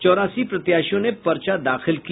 चौरासी प्रत्याशियों ने पर्चा दाखिल किया